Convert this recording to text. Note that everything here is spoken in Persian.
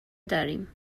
داریم